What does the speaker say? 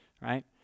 right